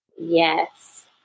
Yes